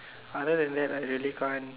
other than that I really can't